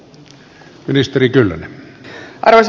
arvoisa herra puhemies